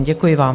Děkuji vám.